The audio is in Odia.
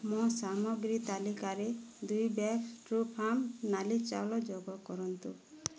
ମୋ ସାମଗ୍ରୀ ତାଲିକାରେ ଦୁଇ ବ୍ୟାଗ୍ ଟ୍ରୁଫାର୍ମ ନାଲି ଚାଉଳ ଯୋଗ କରନ୍ତୁ